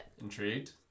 Intrigued